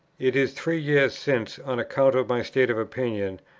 it is three years since, on account of my state of opinion,